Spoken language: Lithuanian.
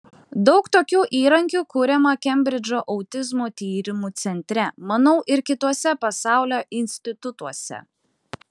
daug tokių įrankių kuriama kembridžo autizmo tyrimų centre manau ir kituose pasaulio institutuose